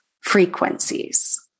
frequencies